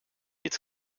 het